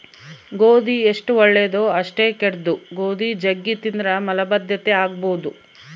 ಗೋಧಿ ಎಷ್ಟು ಒಳ್ಳೆದೊ ಅಷ್ಟೇ ಕೆಟ್ದು, ಗೋಧಿ ಜಗ್ಗಿ ತಿಂದ್ರ ಮಲಬದ್ಧತೆ ಆಗಬೊದು